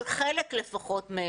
לפחות של חלק מהם,